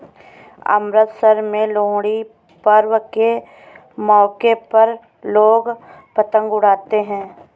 अमृतसर में लोहड़ी पर्व के मौके पर लोग पतंग उड़ाते है